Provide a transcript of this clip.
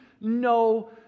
no